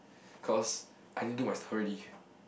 cause I need do my stuff already